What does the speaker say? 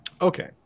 Okay